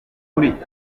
abagenzi